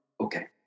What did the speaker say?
Okay